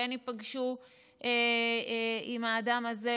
כן ייפגשו עם האדם הזה,